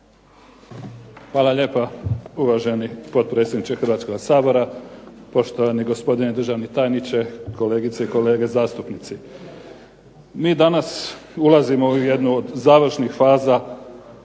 Hvala lijepa uvaženi potpredsjedniče Hrvatskoga sabora, poštovani gospodine državni tajniče, kolegice i kolege zastupnici. Mi danas ulazimo u jednu od završnih faza